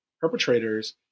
perpetrators